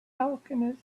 alchemist